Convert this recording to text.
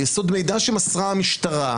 על יסוד מידע שמסרה המשטרה,